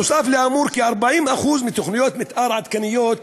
נוסף על האמור, כ-40% מתוכניות המתאר העדכניות